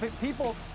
people